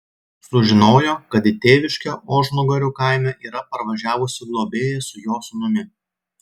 sužinojo kad į tėviškę ožnugarių kaime yra parvažiavusi globėja su jo sūnumi